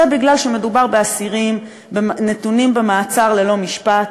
זה כי מדובר באסירים הנתונים במעצר ללא משפט,